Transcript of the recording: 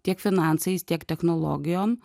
tiek finansais tiek technologijom